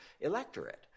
electorate